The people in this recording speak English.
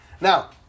Now